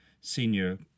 senior